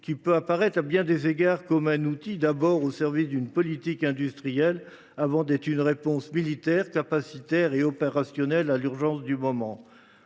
qui peut apparaître, à bien des égards, avant tout comme un outil au service d’une politique industrielle, plutôt que comme une réponse militaire, capacitaire et opérationnelle à l’urgence du moment.